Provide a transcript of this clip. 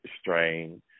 strain